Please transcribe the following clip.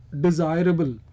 desirable